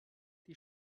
die